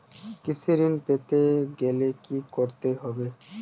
কৃষি ঋণ পেতে গেলে কি করতে হবে?